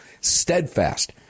steadfast